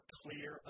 clear